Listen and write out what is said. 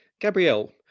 Gabrielle